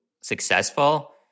successful